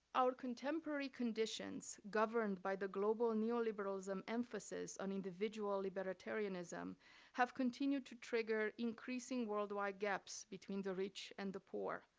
our contemporary conditions governed by the global neoliberalism emphasis on individual libertarianism have continued to trigger increasing worldwide gaps between the rich and the poor.